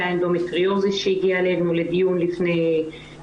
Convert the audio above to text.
האנדומטריוזיס שהגיע אלינו לדיון ב-2017,